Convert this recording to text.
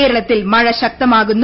കേരളത്തിൽ മഴ ശക്തമാകുന്നു